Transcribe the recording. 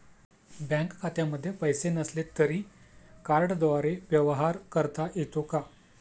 Bank खात्यामध्ये पैसे नसले तरी क्रेडिट कार्डद्वारे व्यवहार करता येतो का?